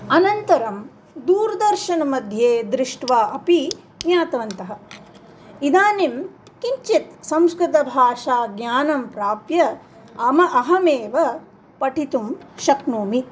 अनन्तरं दूरदर्शनमध्ये दृष्ट्वा अपि ज्ञातवन्तः इदानीं किञ्चित् संस्कृतभाषाज्ञानं प्राप्य अम अहमेव पठितुं शक्नोमि